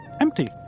empty